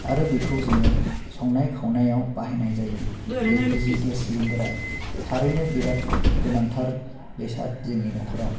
आरो बिखौ जोङो संनाय खावनायाव बाहायनाय जायो एल पि जि गेस सिलिण्डारा थारैनो गोनांथार बेसाद जोंनि न'खराव